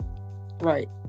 Right